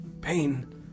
pain